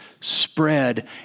spread